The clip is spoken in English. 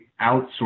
outsource